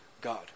God